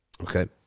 okay